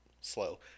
slow